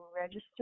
register